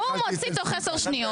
והוא מוציא תוך עשר שניות.